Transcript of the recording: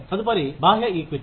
తదుపరి బాహ్య ఈక్విటీ